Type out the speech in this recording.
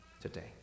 today